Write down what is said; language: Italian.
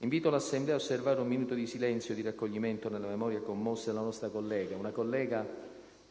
invito l'Assemblea ad osservare un munito di silenzio e di raccoglimento nella memoria commossa della nostra collega, il cui rientro